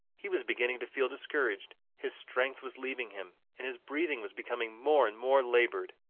he was beginning to feel discouraged, his strength was leaving him, and his breathing was becoming more and more labored.